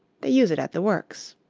they use it at the works.